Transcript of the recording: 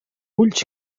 ulls